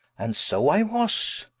and so i was,